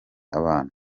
abana